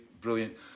brilliant